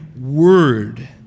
word